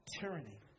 tyranny